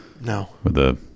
no